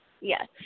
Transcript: Yes